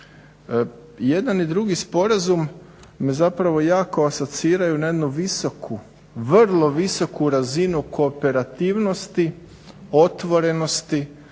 Jedan i drugi sporazum me zapravo jako asociraju na jednu visoku, vrlo visoku razinu kooperativnosti, otvorenosti,